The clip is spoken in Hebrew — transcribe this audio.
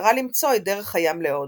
במטרה למצוא את דרך הים להודו.